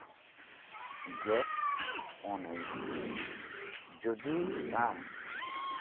gas on ᱦᱩᱭᱩᱜᱼᱟ ᱡᱩᱫᱤ ᱟᱢ